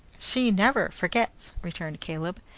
she never forgets, returned caleb.